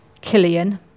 Killian